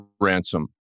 ransom